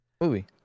Movie